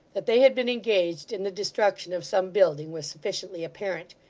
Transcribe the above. that they had been engaged in the destruction of some building was sufficiently apparent,